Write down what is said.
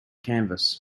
canvas